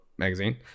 magazine